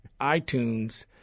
iTunes